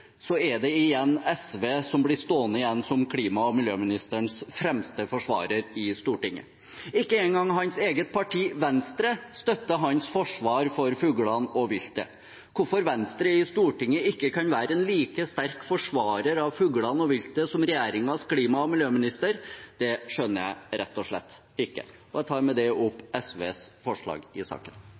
er det igjen SV som blir stående igjen som klima- og miljøministerens fremste forsvarer i Stortinget. Ikke en gang hans eget parti, Venstre, støtter hans forsvar for fuglene og viltet. Hvorfor Venstre i Stortinget ikke kan være en like sterk forsvarer av fuglene og viltet som regjeringens klima- og miljøminister, skjønner jeg rett og slett ikke. Jeg tar med det opp SVs forslag i saken. Representanten Lars Haltbrekken har tatt opp det forslaget han refererte til. Denne saken